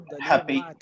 happy